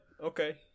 Okay